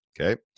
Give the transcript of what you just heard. Okay